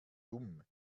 dumm